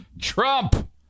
Trump